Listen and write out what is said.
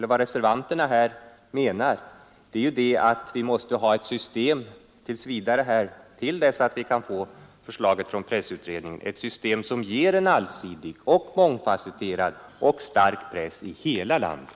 Men vad reservanterna här menar är att vi tills vidare, till dess att vi kan få förslaget från pressutredningen, måste ha ett system som möjliggör en allsidig mångfasetterad och stark press i hela landet.